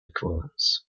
equivalence